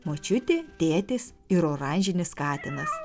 močiutė tėtis ir oranžinis katinas